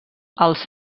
els